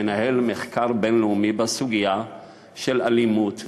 שמנהל מחקר בין-לאומי בסוגיה של אלימות,